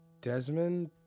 Desmond